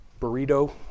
burrito